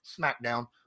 SmackDown